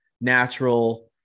natural